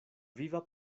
viva